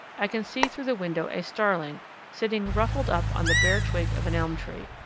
i can see through the window a starling sitting ruffled up on the bare twig of an elm tree.